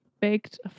baked